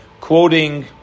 quoting